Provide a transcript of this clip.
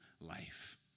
life